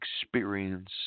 experience